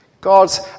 God's